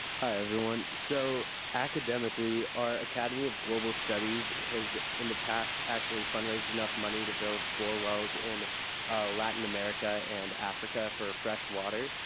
hi everyone. so academically our academy of global studies has in the past actually fundraised enough money to build four wells in latin america and africa for fresh water.